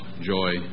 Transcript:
joy